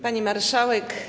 Pani Marszałek!